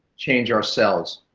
change our cells,